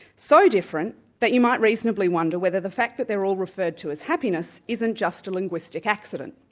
so different that you might reasonably wonder whether the fact that they're all referred to as happiness isn't just a linguistic accident.